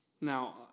Now